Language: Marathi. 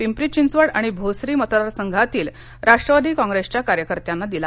पिंपरीचिंचवड आणि भोसरी मतदारसंघातील राष्ट्रवादी कॉप्रेसच्या कार्यकर्त्यांना दिला